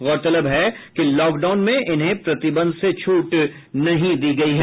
गौरतलब है कि लॉकडाउन में इन्हें प्रतिबंध से छूट नहीं दी गयी है